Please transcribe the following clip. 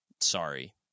sorry